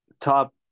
Top